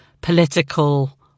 political